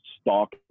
stock